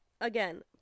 again